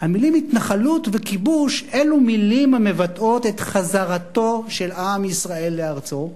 המלים "התנחלות" ו"כיבוש" אלו מלים המבטאות את חזרתו של עם ישראל לארצו.